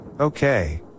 Okay